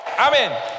Amen